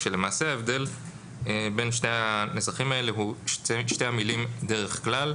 למעשה ההבדל בין שני הנוסחים הוא שתי המילים "דרך כלל"